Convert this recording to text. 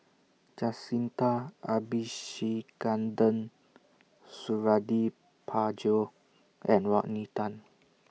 Jacintha Suradi Parjo and Rodney Tan